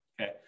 Okay